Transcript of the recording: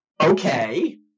okay